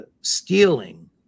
stealing